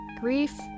grief